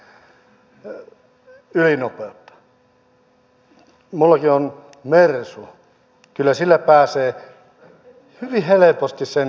minullakin on mersu kyllä sillä pääsee hyvin helposti sen ylittämään